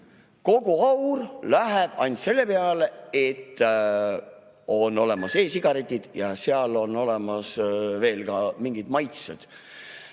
kogu aur läheb ainult selle peale, et on olemas e‑sigaretid ja neil on veel ka mingid maitsed.